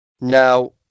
Now